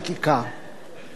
ולכן,